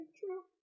True